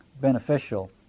beneficial